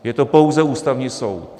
Je to pouze Ústavní soud.